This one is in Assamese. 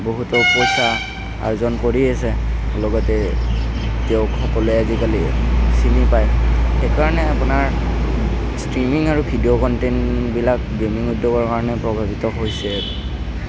বহুতো পইচা অৰ্জন কৰি আছে লগতে তেওঁক সকলোৱে আজিকালি চিনি পায় সেইকাৰণে আপোনাৰ ষ্ট্ৰিমিং আৰু ভিডিঅ' কনটেণ্টবিলাক গেমিং উদ্যোগৰ কাৰণে প্ৰভাৱিত হৈছে